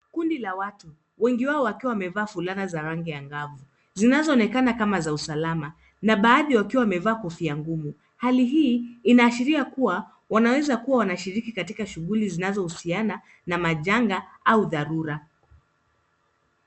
Kundi la wati, wengi wao wakiwa wamevaa fulana za rangi angavu zinazoonekana kama za usalama na baadhi wakiwa wamevaa kofia ngumu. Hali hii inaashiria kua wanaweza wanashiriki katika shughuli zinazohusiana na majanga au dharura.